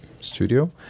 studio